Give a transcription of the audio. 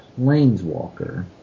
planeswalker